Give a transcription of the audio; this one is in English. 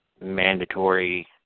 mandatory